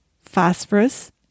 phosphorus